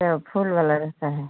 फूल वाला रहता है